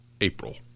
April